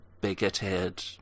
bigoted